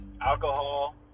alcohol